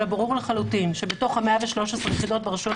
ברור לחלוטין שבתוך ה-113 יחידות ברשויות